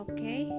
Okay